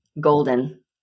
golden